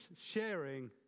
sharing